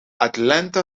atlanta